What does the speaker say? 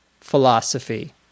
philosophy